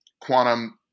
quantum